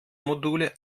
module